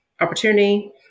opportunity